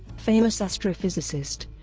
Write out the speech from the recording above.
famous astrophysicist